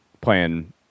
playing